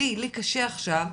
לי קשה עכשיו,